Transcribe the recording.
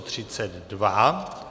32.